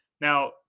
Now